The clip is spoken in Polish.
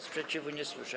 Sprzeciwu nie słyszę.